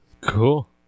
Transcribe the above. Cool